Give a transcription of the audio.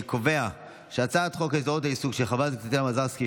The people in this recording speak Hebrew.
אני קובע שהצעת חוק הסדרת העיסוק של חברת הכנסת טטיאנה מזרסקי,